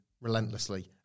relentlessly